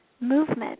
movement